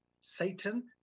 Satan